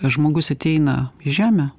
žmogus ateina į žemę